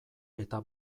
eta